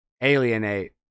alienate